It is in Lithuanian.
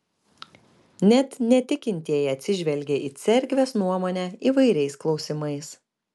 net netikintieji atsižvelgia į cerkvės nuomonę įvairiais klausimais